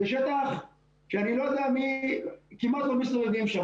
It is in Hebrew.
זה שטח שכמעט לא מסתובבים שם.